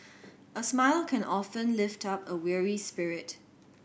a smile can often lift up a weary spirit